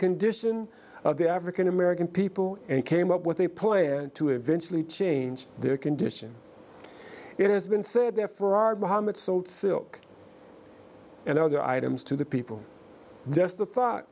condition of the african american people and came up with a ploy to eventually change their condition it has been said that for our bahamas sold silk and other items to the people just